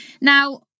Now